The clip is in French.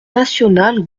nationale